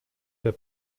der